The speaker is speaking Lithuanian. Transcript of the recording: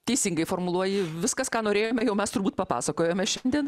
teisingai formuluoji viskas ką norėjome jau mes turbūt papasakojome šiandien